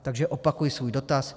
Takže opakuji svůj dotaz.